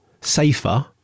safer